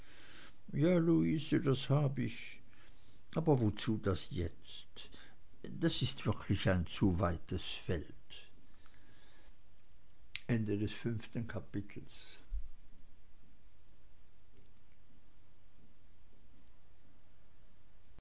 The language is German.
ja luise das hab ich aber wozu das jetzt das ist wirklich ein zu weites feld sechstes kapitel